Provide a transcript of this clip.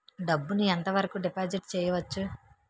డబ్బు ను ఎంత వరకు డిపాజిట్ చేయవచ్చు?